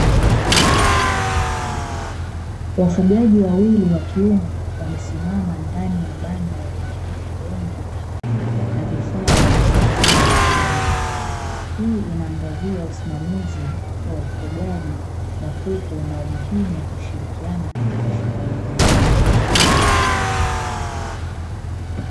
Wafugaji wawili wa kiume, wamesimama ndani ya banda lenye kuku wengi na vifaa vya kisasa vya ufugaji. Hii inaangazia usimamizi wa ufugaji wa kuku na umuhimu wa kushirikiana katika shughuli hizo.